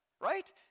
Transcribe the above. right